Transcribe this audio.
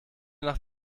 nach